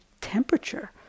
temperature